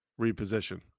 reposition